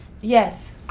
Yes